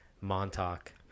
Montauk